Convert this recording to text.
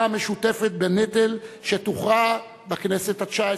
המשותפת בנטל שתוכרע בכנסת התשע-עשרה.